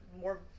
more